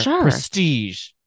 prestige